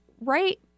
right